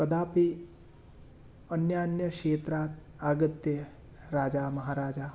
कदापि अन्यान्यक्षेत्रात् आगत्य राजा महाराजा